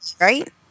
right